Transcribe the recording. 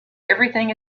everything